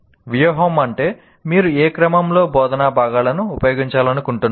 వ్యూహం అంటే మీరు ఏ క్రమంలో బోధనా భాగాలను ఉపయోగించాలనుకుంటున్నారు